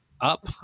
up